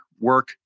work